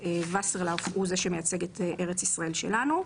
וסרלאוף הוא זה שמייצג את "ארץ ישראל שלנו".